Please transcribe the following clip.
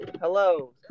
Hello